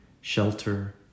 shelter